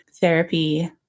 therapy